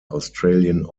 australian